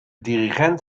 dirigent